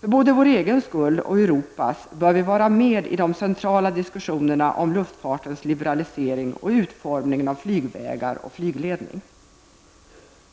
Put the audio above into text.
För både vår egen skull och för Europa bör vi vara med i de centrala diskussionerna om luftfartens liberalisering och utformningen av flygvägar och flygledning.